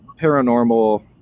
paranormal